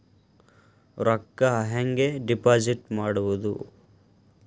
ರೊಕ್ಕ ಹೆಂಗೆ ಡಿಪಾಸಿಟ್ ಮಾಡುವುದು?